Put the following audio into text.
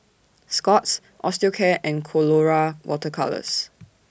Scott's Osteocare and Colora Water Colours